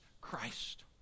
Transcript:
Christ